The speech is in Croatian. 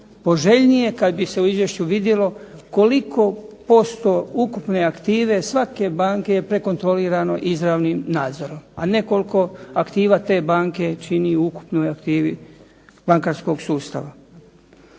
poželjnije kad bi se u izvješću vidjelo koliko posto ukupne aktive svake banke prekontrolirano izravnim nadzorom, a ne koliko aktiva te banke čini ukupnoj aktivi bankarskog sustava.